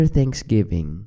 Thanksgiving